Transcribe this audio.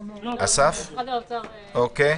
לא, אוקיי.